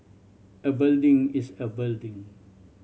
a building is a building